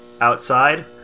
outside